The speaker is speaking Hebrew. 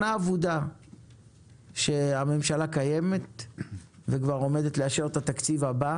שנה אבודה שהממשלה קיימת וכבר עומדת לאשר את התקציב הבא